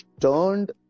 turned